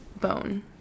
bone